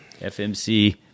FMC